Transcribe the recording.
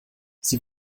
sie